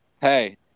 hey